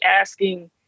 asking